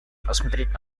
посмотреть